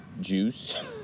juice